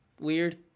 weird